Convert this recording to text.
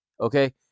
Okay